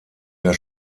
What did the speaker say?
der